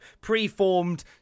preformed